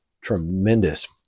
tremendous